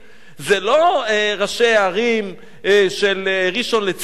זה לא ראשי הערים של ראשון-לציון,